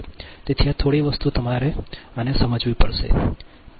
તેથી આ થોડી વસ્તુ તમારે આને સમજવી પડશે